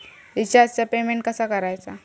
रिचार्जचा पेमेंट कसा करायचा?